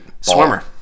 Swimmer